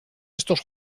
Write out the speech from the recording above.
estos